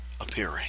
appearing